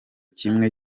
kimwe